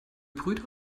brüder